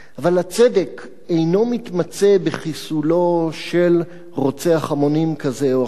אבל הצדק אינו מתמצה בחיסולו של רוצח המונים כזה או אחר,